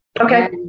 Okay